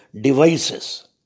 devices